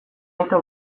aita